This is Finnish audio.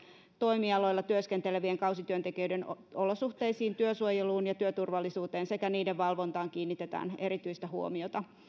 toimialoilla työskentelevien kausityöntekijöiden olosuhteisiin työsuojeluun ja työturvallisuuteen sekä niiden valvontaan kiinnitetään erityistä huomiota